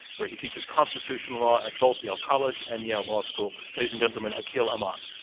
where he teaches constitutional law at both yale college and yale law school. ladies and gentlemen, akhil amar.